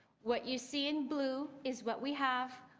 what you see in blue is what we have.